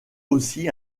aussi